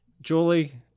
Julie